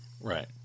right